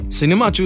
cinema